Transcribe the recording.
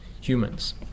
humans